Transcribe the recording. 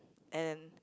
and